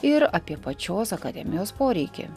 ir apie pačios akademijos poreikį